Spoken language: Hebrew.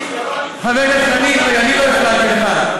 לא אמרתי, חבר הכנסת חנין, אני לא הפרעתי לך.